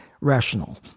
rational